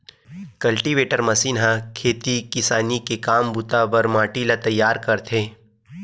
cultivator machine ह खेती किसानी के काम बूता बर माटी ल तइयार करथे